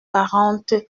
quarante